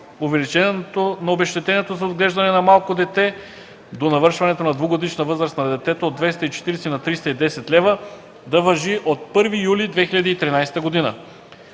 увеличението на обезщетението за отглеждане на малко дете до навършването на двегодишна възраст на детето от 240 лв. на 310 лв. да важи от 1 юли 2013 г.